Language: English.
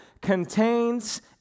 contains